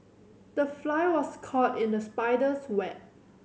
the fly was caught in the spider's web